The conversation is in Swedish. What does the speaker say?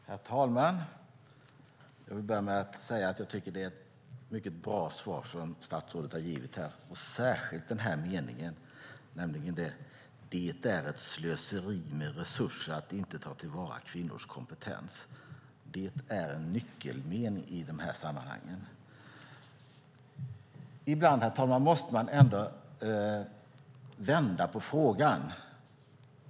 Herr talman! Jag vill börja med att säga att det är ett mycket bra svar som statsrådet har givit här, särskilt meningen: Det är ett slöseri med resurser att inte ta till vara kvinnors kompetens. Det är en nyckelmening i de här sammanhangen. Ibland, herr talman, måste man vända på frågan.